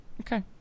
Okay